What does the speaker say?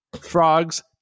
frogs